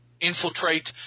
infiltrate